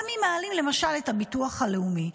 גם אם מעלים למשל את הביטוח הלאומי,